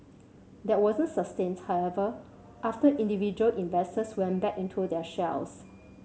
that wasn't sustains however after individual investors went back into their shells